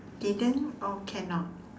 didn't or cannot